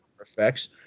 effects